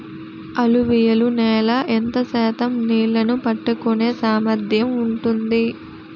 అలువియలు నేల ఎంత శాతం నీళ్ళని పట్టుకొనే సామర్థ్యం ఉంటుంది?